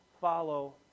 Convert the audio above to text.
follow